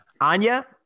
Anya